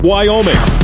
Wyoming